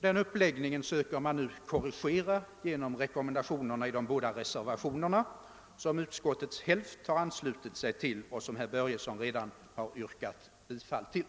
Den uppläggningen söker man korrigera genom rekommendationerna i de båda reservationerna som utskottets ena hälft har anslutit sig till och som herr Börjesson redan har yrkat bifall till.